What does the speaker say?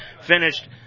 finished